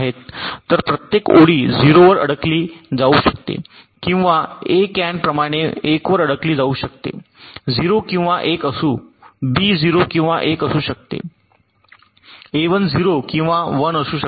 तर प्रत्येक ओळी 0 वर अडकली जाऊ शकते किंवा ए कॅन प्रमाणे 1 वर अडकली जाऊ शकते 0 किंवा 1 असू बी 0 किंवा 1 असू शकते A1 0 किंवा 1 असू शकते